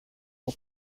for